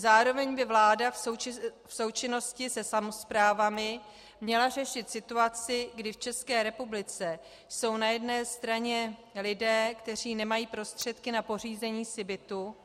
Zároveň by vláda v součinnosti se samosprávami měla řešit situaci, kdy v České republice jsou na jedné straně lidé, kteří nemají prostředky na pořízení si bytu,